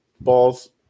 balls